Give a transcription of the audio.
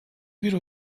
bir